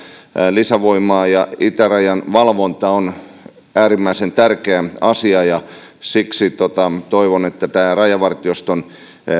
lisävoimaa itärajan valvonta on äärimmäisen tärkeä asia ja siksi toivon että rajavartioston